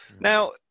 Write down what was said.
Now